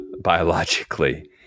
biologically